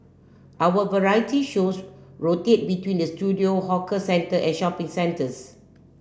our variety shows rotate between the studio hawker centre and shopping centres